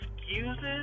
excuses